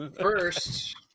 First